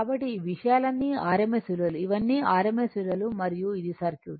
కాబట్టి ఈ విషయాలన్నీ rms విలువలు ఇవన్నీ rms విలువలు మరియు ఇది సర్క్యూట్